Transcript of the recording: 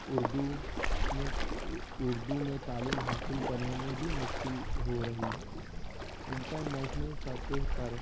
اردو میں اردو میں تعلیم حاصل کرنے میں بھی مشکل ہو رہی ہے انٹر نیشنل سطح پر